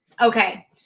Okay